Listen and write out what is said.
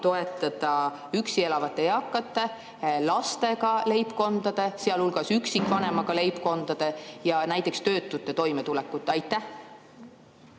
toetada üksi elavate eakate, lastega leibkondade, sealhulgas üksikvanemaga leibkondade ja ka töötute toimetulekut? Aitäh!